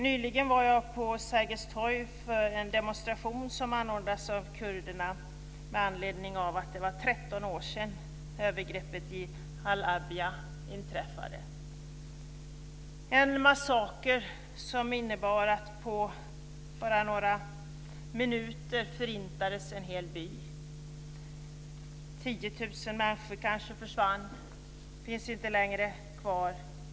Nyligen var jag på Sergels torg för en demonstration som anordnades av kurderna med anledning av att det var 13 år sedan övergreppet i Halabja inträffade - en massaker som innebar att en hel by förintades på bara några minuter. Kanske 10 000 människor försvann och finns inte längre kvar.